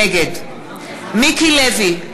נגד מיקי לוי,